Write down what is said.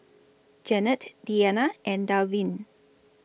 Janette Deana and Dalvin